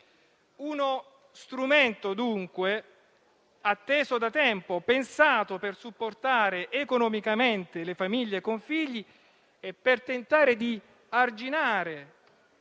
Uno strumento, dunque, atteso da tempo, pensato per supportare economicamente le famiglie con figli e per tentare di arginare,